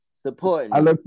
supporting